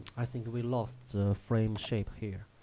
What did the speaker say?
i think we lost the frame shape here,